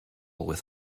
with